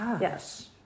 Yes